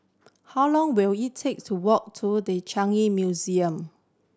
how long will it take to walk to The Changi Museum